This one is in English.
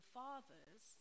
fathers